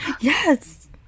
yes